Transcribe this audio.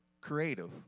creative